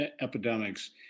epidemics